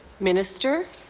minister?